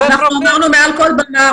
אמרנו מעל כל במה.